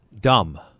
dumb –